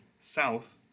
South